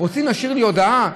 רוצים להשאיר לי הודעה,